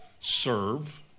serve